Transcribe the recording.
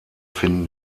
finden